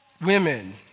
women